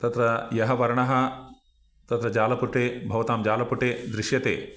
तत्र यः वर्णः तत्र जालपुटे भवतां जालपुटे दृश्यते